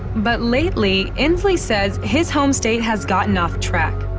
but lately, inslee says his home state has gotten off track.